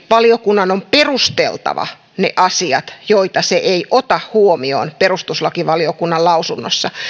valiokunnan on perusteltava ne asiat joita se ei ota huomioon perustuslakivaliokunnan lausunnossa